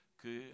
que